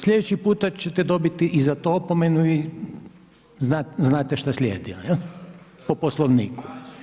Sljedeći puta ćete dobiti i za to opomenu i znate šta slijedi po Poslovniku.